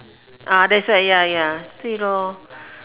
ah that's why ya ya 对 lor